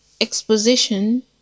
exposition